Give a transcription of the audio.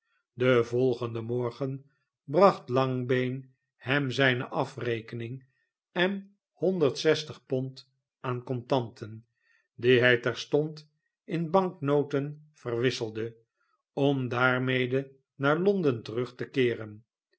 den volgenden morgen bracht langbeen hem zijne afrekening en honderd zestig pond aan contanten die hij terstond in banknoten verwisselde om daarmede naar londen terug te keeren